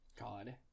God